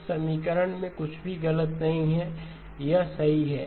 इस समीकरण में कुछ भी गलत नहीं है यह सही है